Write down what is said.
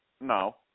No